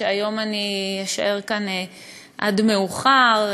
שהיום אני אשאר כאן עד מאוחר,